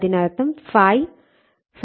അതിനർത്ഥം ∅ ∅m sin t ആണ്